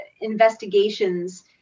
investigations